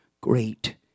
great